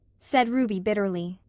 said ruby bitterly.